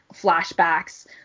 flashbacks